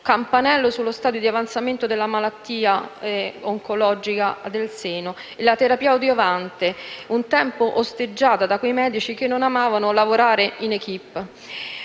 campanello sullo stato di avanzamento della malattia oncologica del seno, e la terapia adiuvante, un tempo osteggiata da quei medici che non amavano lavorare in *equipe*.